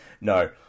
No